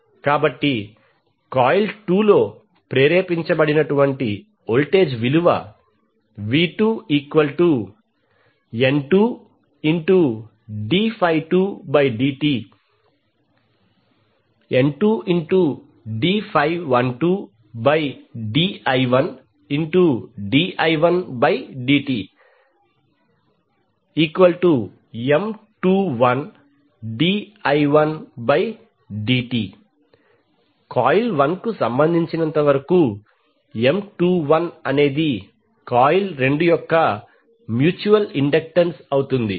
కాబట్టి కాయిల్ 2 లో ప్రేరేపించబడిన వోల్టేజ్ విలువ v2N2d12dtN2d12di1di1dtM21di1dt కాయిల్ 1 కు సంబంధించిన వరకు M21 అనేది కాయిల్ 2 యొక్క మ్యూచ్యువల్ ఇండక్టెన్స్ అవుతుంది